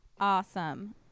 awesome